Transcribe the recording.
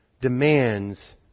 demands